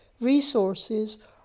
resources